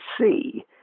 see